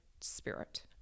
spirit